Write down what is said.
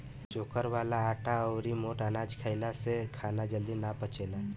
चोकर वाला आटा अउरी मोट अनाज खाए से खाना जल्दी ना पचेला